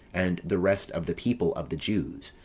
and the rest of the people of the jews,